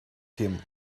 him